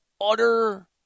utter